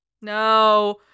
No